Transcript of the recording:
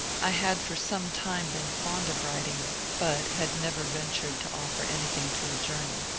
i had for some time been fond of writing, but had never ventured to offer anything to a journal.